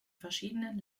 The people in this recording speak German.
verschiedenen